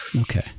Okay